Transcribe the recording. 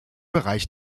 bereich